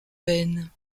peines